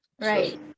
Right